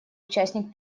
участник